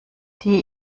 die